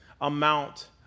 amount